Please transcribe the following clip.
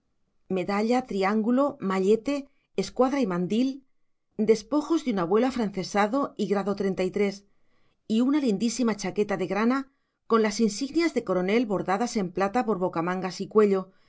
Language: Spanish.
medalla triángulo mallete escuadra y mandil despojos de un abuelo afrancesado y grado y una lindísima chaqueta de grana con las insignias de coronel bordadas en plata por bocamangas y cuello